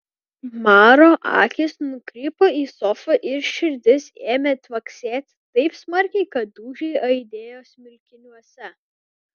maro akys nukrypo į sofą ir širdis ėmė tvaksėti taip smarkiai kad dūžiai aidėjo smilkiniuose